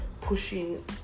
pushing